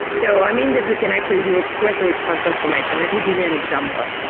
so i mean that you can actually do request respond transformation. let me give you an example.